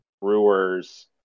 brewers